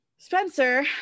Spencer